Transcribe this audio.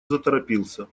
заторопился